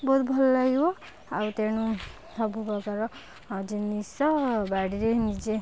ବହୁତ ଭଲ ଲାଗିବ ଆଉ ତେଣୁ ସବୁପ୍ରକାର ଜିନିଷ ବାଡ଼ିରେ ନିଜେ